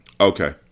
Okay